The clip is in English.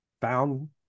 found